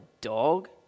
dog